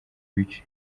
bice